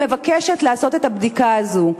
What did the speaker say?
היא מבקשת לעשות את הבדיקה הזאת.